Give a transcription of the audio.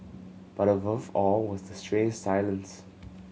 but above all was the strange silence